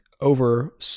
over